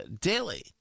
Daily